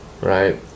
right